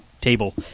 table